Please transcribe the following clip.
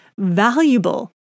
valuable